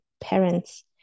parents